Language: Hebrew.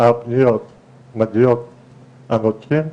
הפניות מגיעים הנוטשים,